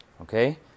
Okay